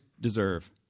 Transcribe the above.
deserve